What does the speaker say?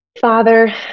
father